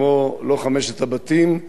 לא חמשת הבתים,